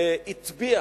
הטביע